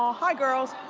ah hi girls.